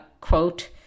quote